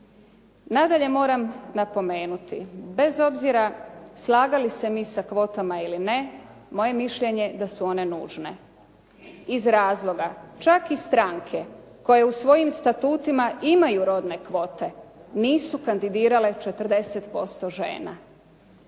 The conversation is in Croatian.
Nadalje moram napomenuti, bez obzira slagali se mi sa kvotama ili ne, moje je mišljenje da su one nužne iz razloga, čak i stranke koje u svojim statutima imaju rodne kvote, nisu kandidirale 40% žena.